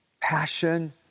passion